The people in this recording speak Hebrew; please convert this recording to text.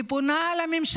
אני פונה לממשלה,